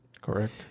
Correct